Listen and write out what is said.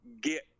get